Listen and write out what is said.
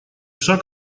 шаг